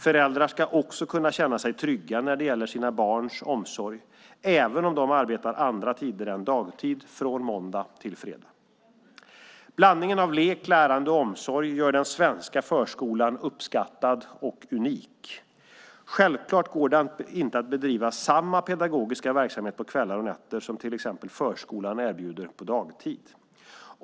Föräldrar ska också kunna känna sig trygga när det gäller sina barns omsorg, även om de arbetar andra tider än dagtid från måndag till fredag. Blandningen av lek, lärande och omsorg gör den svenska förskolan uppskattad och unik. Självklart går det inte att bedriva samma pedagogiska verksamhet på kvällar och nätter som till exempel förskolan erbjuder på dagtid.